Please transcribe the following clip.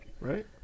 Right